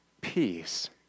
peace